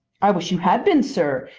i wish you had been, sir,